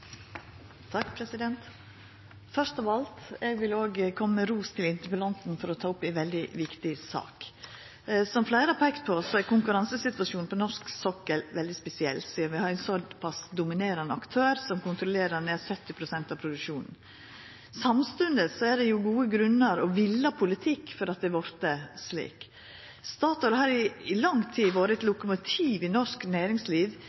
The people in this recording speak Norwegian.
Først av alt: Eg vil òg koma med ros til interpellanten for å ta opp ei svært viktig sak. Som fleire har peika på, er konkurransesituasjonen på norsk sokkel svært spesiell, sidan vi har ein såpass dominerande aktør, som kontrollerer nær 70 pst. av produksjonen. Samstundes er det gode grunnar til og ein vilja politikk at det har vorte slik. Statoil har i lang tid vore eit lokomotiv i norsk næringsliv